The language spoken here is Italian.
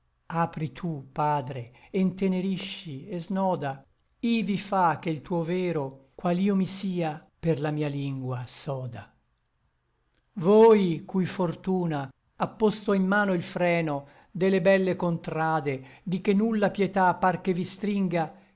apri tu padre e ntenerisci et snoda ivi fa che l tuo vero qual io mi sia per la mia lingua s'oda voi cui fortuna à posto in mano il freno de le belle contrade di che nulla pietà par che vi stringa